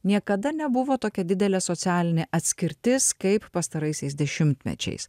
niekada nebuvo tokia didelė socialinė atskirtis kaip pastaraisiais dešimtmečiais